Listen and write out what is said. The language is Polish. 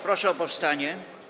Proszę o powstanie.